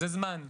זה זמן,